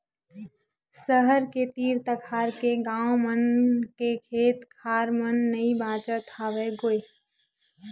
सहर के तीर तखार के गाँव मन के खेत खार मन नइ बाचत हवय गोय